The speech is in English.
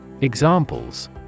Examples